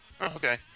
Okay